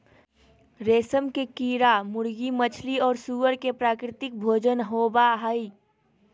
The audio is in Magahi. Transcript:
रेशम के कीड़ा मुर्गी, मछली और सूअर के प्राकृतिक भोजन होबा हइ